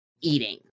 eating